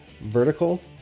Vertical